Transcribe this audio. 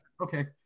okay